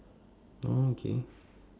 orh okay